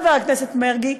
חבר הכנסת מרגי,